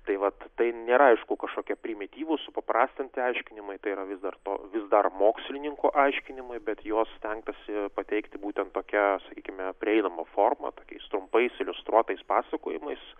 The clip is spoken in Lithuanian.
tai vat tai nėra aišku kažkokie primityvūs supaprastinti aiškinimai tai yra vis dar to vis dar mokslininkų aiškinimai bet juos stengtasi pateikti būtent tokia sakykime prieinama forma tokiais trumpais iliustruotais pasakojimais